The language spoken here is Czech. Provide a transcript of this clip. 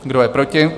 Kdo je proti?